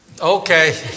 Okay